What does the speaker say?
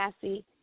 Cassie